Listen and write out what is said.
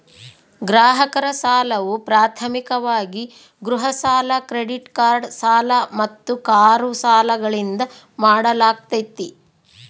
ಗ್ರಾಹಕರ ಸಾಲವು ಪ್ರಾಥಮಿಕವಾಗಿ ಗೃಹ ಸಾಲ ಕ್ರೆಡಿಟ್ ಕಾರ್ಡ್ ಸಾಲ ಮತ್ತು ಕಾರು ಸಾಲಗಳಿಂದ ಮಾಡಲಾಗ್ತೈತಿ